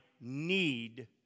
need